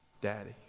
Daddy